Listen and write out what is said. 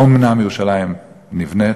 אומנם ירושלים נבנית,